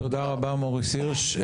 תודה רבה מוריס הירש.